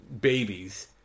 babies